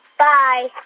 bye